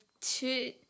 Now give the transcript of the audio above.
two